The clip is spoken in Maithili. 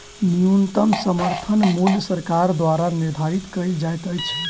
न्यूनतम समर्थन मूल्य सरकार द्वारा निधारित कयल जाइत अछि